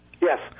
Yes